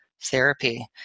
Therapy